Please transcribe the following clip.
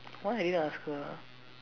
why I need to ask her ah